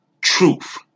truth